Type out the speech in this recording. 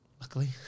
Luckily